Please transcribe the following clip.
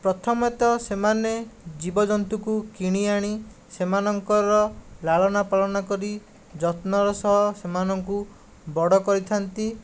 ପ୍ରଥମତଃ ସେମାନେ ଜୀବଜନ୍ତୁଙ୍କୁ କିଣି ଆଣି ସେମାନଙ୍କର ଲାଳନପାଳନ କରି ଯତ୍ନର ସହ ସେମାନଙ୍କୁ ବଡ଼ କରିଥାନ୍ତି